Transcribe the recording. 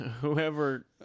Whoever